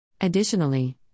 Additionally